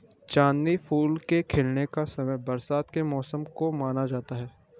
चांदनी फूल के खिलने का समय बरसात के मौसम को माना जाता है